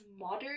modern